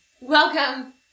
Welcome